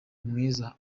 mwiza